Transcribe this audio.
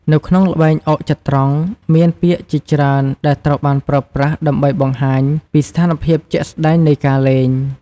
នៅក្នុងល្បែងអុកចត្រង្គ មានពាក្យជាច្រើនដែលត្រូវបានប្រើប្រាស់ដើម្បីបង្ហាញពីស្ថានភាពជាក់ស្តែងនៃការលេង។